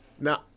Now